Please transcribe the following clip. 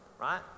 right